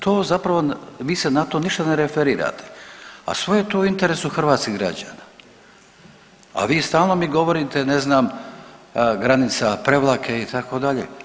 To zapravo, vi se na to ništa ne referirate, a sve je to u interesu hrvatskih građana, a vi stalno mi govorite, ne znam, granica Prevlake, itd.